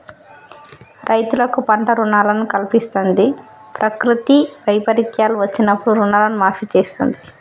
రైతులకు పంట రుణాలను కల్పిస్తంది, ప్రకృతి వైపరీత్యాలు వచ్చినప్పుడు రుణాలను మాఫీ చేస్తుంది